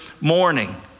morning